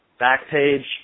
backpage